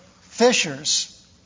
fishers